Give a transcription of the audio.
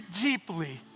deeply